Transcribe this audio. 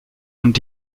und